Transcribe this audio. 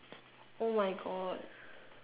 oh my god